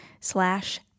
slash